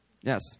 Yes